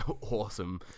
awesome